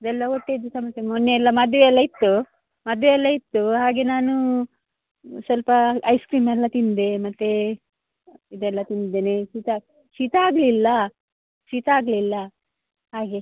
ಇವೆಲ್ಲ ಹೊಟ್ಟೆದು ಸಮಸ್ಯೆ ಮೊನ್ನೆ ಎಲ್ಲ ಮದುವೆಯೆಲ್ಲ ಇತ್ತು ಮದುವೆಯೆಲ್ಲ ಇತ್ತು ಹಾಗೆ ನಾನು ಸ್ವಲ್ಪ ಐಸ್ ಕ್ರೀಮ್ ಎಲ್ಲ ತಿಂದೆ ಮತ್ತು ಇದೆಲ್ಲ ತಿಂದಿದ್ದೇನೆ ಶೀತ ಶೀತ ಆಗಲಿಲ್ಲ ಶೀತ ಆಗಲಿಲ್ಲ ಹಾಗೆ